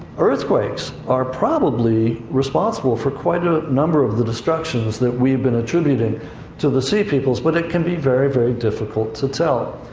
earthquakes are probably responsible for quite a number of the destructions that we've been attributing to the sea peoples, but it can be very, very difficult to tell.